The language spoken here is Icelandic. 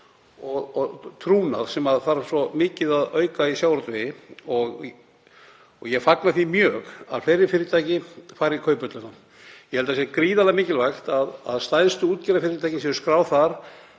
og trúnað sem þarf svo mikið að auka í sjávarútvegi og ég fagna því mjög að fleiri fyrirtæki fari í Kauphöllina. Ég held að það sé gríðarlega mikilvægt að stærstu útgerðarfyrirtækin séu skráð þar.